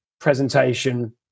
presentation